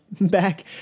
back